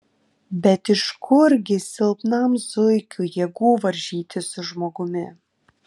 bet iš kurgi silpnam zuikiui jėgų varžytis su žmogumi